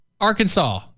Arkansas